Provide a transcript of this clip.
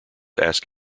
ask